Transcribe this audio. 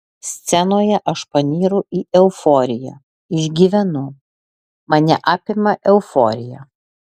scenoje aš panyru į euforiją išgyvenu mane apima euforija